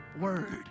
word